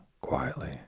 quietly